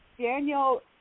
Daniel